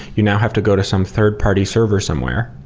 you now have to go to some third-party server somewhere,